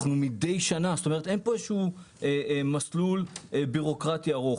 זה מדי שנה, אין פה איזשהו מסלול בירוקרטי ארוך.